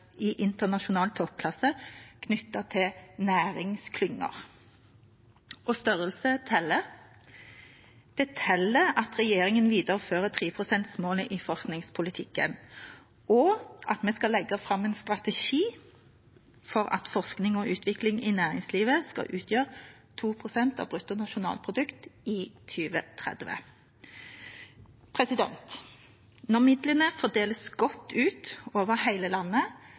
i internasjonal toppklasse knyttet til næringsklynger. For størrelse teller – det teller at regjeringen viderefører 3-prosentmålet i forskningspolitikken, og at vi skal legge fram en strategi for at forskning og utvikling i næringslivet skal utgjøre 2 pst. av bruttonasjonalprodukt i 2030. Når midlene fordeles godt utover hele landet, på bedrifter i hele landet,